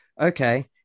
okay